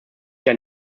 hier